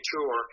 Tour